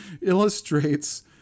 illustrates